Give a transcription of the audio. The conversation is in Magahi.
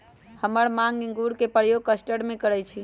हमर माय इंगूर के प्रयोग कस्टर्ड में करइ छै